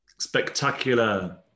Spectacular